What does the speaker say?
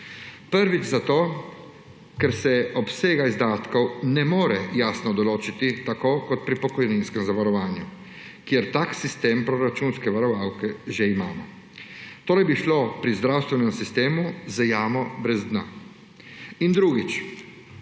Prvič zato, ker se obsega izdatkov ne more jasno določiti tako kot pri pokojninskem zavarovanju, kjer tak sistem proračunske varovalke že imamo. Torej bi šlo pri zdravstvenem sistemu za jamo brez dna. In drugič.